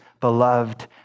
beloved